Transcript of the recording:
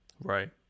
right